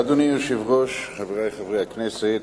אדוני היושב-ראש, חברי חברי הכנסת,